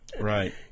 Right